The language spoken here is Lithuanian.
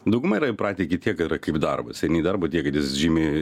dauguma yra įpratę iki tiek yra kaip darbas eini į darbą tiek kad jis žymiai